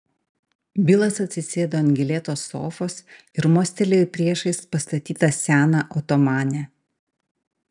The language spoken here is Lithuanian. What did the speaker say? bilas atsisėdo ant gėlėtos sofos ir mostelėjo į priešais pastatytą seną otomanę